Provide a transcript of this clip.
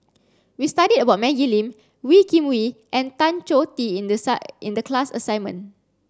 we studied about Maggie Lim Wee Kim Wee and Tan Choh Tee in the in the class assignment